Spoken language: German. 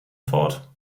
fort